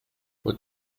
what